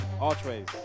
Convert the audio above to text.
archways